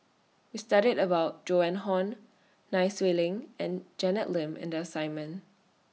We studied about Joan Hon Nai Swee Leng and Janet Lim in The assignment